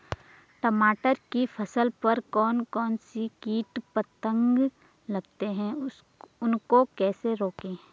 टमाटर की फसल पर कौन कौन से कीट पतंग लगते हैं उनको कैसे रोकें?